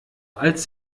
als